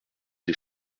des